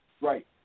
Right